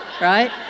Right